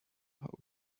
how